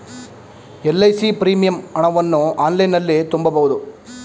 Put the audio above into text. LIC premium ಹಣವನ್ನು ಆನ್ಲೈನಲ್ಲಿ ತುಂಬಬಹುದು